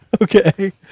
Okay